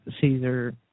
Caesar